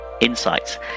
insights